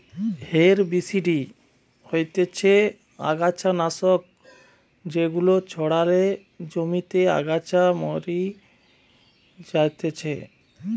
herbicide হতিছে অগাছা নাশক যেগুলা ছড়ালে জমিতে আগাছা মরি যাতিছে